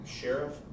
sheriff